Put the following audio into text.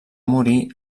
morir